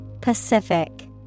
pacific